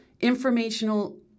informational